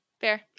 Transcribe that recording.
Fair